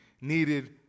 needed